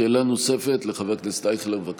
שאלה נוספת לחבר הכנסת אייכלר, בבקשה.